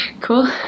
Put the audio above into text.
Cool